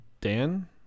Dan